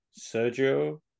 Sergio